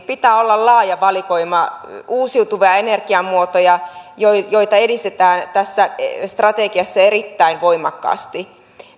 pitää olla laaja valikoima uusiutuvia energiamuotoja ja niitä edistetään tässä strategiassa erittäin voimakkaasti